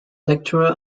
lecturer